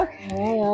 Okay